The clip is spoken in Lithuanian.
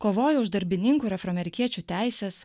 kovojo už darbininkų ir afroamerikiečių teises